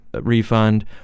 refund